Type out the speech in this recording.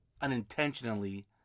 unintentionally